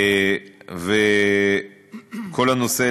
וכל הנושא,